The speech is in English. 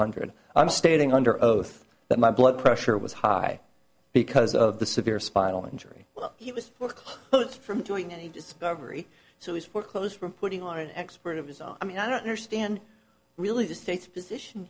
hundred i'm standing under oath that my blood pressure was high because of the severe spinal injury he was from joining the discovery so as for clothes from putting on an expert of his own i mean i don't understand really the state's position